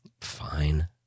fine